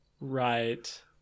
Right